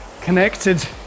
connected